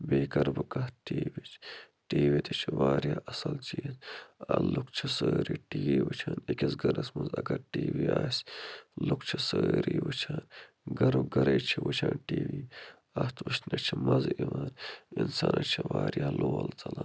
بیٚیہِ کَرٕ بہٕ کَتھ ٹی وی یِچ ٹی وی تہِ چھُ وارِیاہ اَصٕل چیٖز اَ لُکھ چھِ سٲری ٹی وی وٕچھان أکِس گَرس منٛز اگر ٹی وی آسہِ لُکھ چھِ سٲری وٕچھان گَرُک گَرے چھِ وٕچھان ٹی وی اَتھ وٕچھنس چھُ مَزٕ یِوان اِنسانس چھُ وارِیاہ لول ژَلان